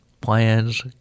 plans